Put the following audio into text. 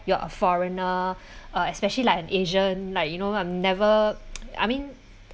you are a foreigner uh especially like an asian like you know I'm never I mean